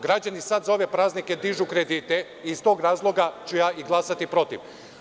Građani sada za ove praznike dižu kredite i iz tog razloga ću ja glasati protiv.